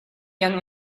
young